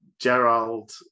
Gerald